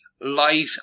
light